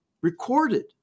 recorded